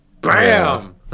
bam